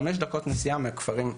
חמש דקות נסיעה מהכפרים.